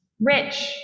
rich